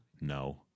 No